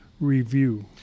review